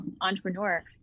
entrepreneur